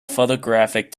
photographic